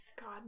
God